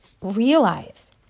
realize